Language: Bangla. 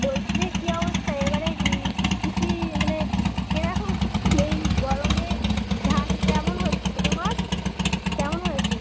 বলছি কী অবস্থা এবারে কৃষি মানে এরকম এই গরমে ধান কেমন হচ্ছে তোমার কেমন হয়েছে